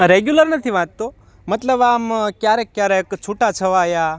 regular નથી વાંચતો મલતબ આમ ક્યારેક ક્યારેક છૂટા છવાયા